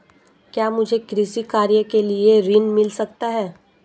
क्या मुझे कृषि कार्य के लिए ऋण मिल सकता है?